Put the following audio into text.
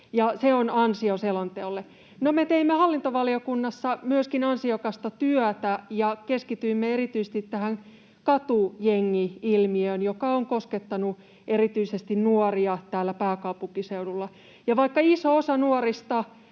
se on ansio selonteolle. No me teimme hallintovaliokunnassa myöskin ansiokasta työtä ja keskityimme erityisesti katujengi-ilmiöön, joka on koskettanut erityisesti nuoria täällä pääkaupunkiseudulla. Vaikka iso osa nuorista